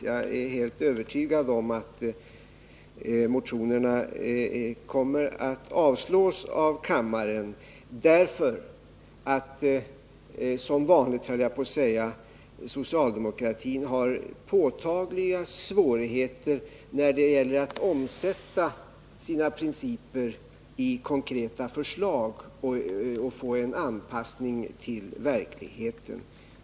Jag är helt övertygad om att motionerna kommer att avslås av kammaren därför att — som vanligt, höll jag på att säga — socialdemokratin har påtagliga svårigheter när det gäller att omsätta sina principer i konkreta förslag och få en anpassning till verkligheten.